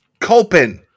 Culpin